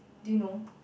do you know